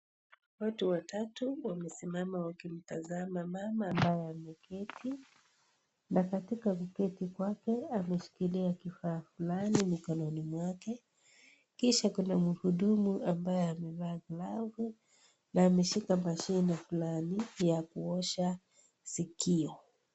Watu watatu wamesimama wakimtazama mama ambaye ameketi, na katika kuketi kwake, ameshikilia kifaa fulani mikononi mwake. Kisha kuna muhudumu ambaye amevaa glavu, na ameshika mashine fulani, ya kuosha sikio.